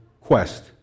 quest